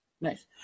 Nice